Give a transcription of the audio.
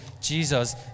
Jesus